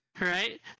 right